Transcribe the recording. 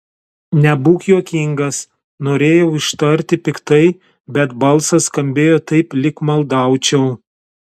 nebūk juokingas norėjau ištarti piktai bet balsas skambėjo taip lyg maldaučiau